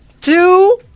two